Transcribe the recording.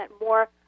more